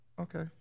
Okay